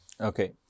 Okay